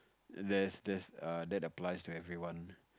there's there's that applies to everyone